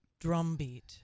drumbeat